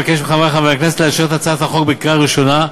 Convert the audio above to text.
אבקש מחברי חברי הכנסת לאשר את הצעת החוק בקריאה ראשונה,